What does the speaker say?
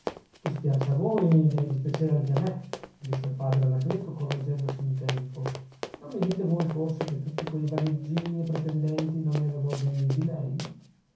dispiace a voi deve dispiacere anche a me disse il padre anacleto correggendosi in tempo non mi dite voi forse che tutti quei vagheggini e pretendenti non erano degni di lei